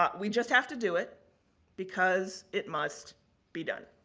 um we just have to do it because it must be done.